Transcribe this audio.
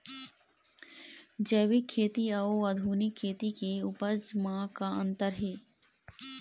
जैविक खेती अउ आधुनिक खेती के उपज म का अंतर हे?